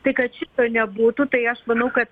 tai kad šito nebūtų tai aš manau kad